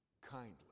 kindly